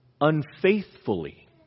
unfaithfully